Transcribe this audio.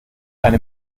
eine